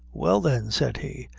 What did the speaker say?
well, then, said he,